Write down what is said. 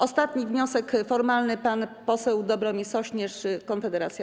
Ostatni wniosek formalny, pan poseł Dobromir Sośnierz, Konfederacja.